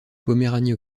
poméranie